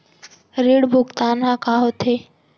ऋण भुगतान ह का होथे?